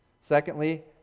Secondly